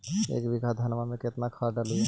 एक बीघा धन्मा में केतना खाद डालिए?